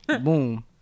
Boom